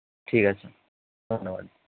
ঠিক আছে ধন্যবাদ